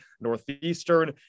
Northeastern